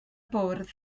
bwrdd